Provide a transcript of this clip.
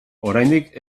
oraindik